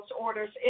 orders